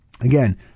Again